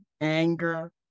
anger